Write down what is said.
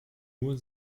nur